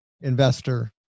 investor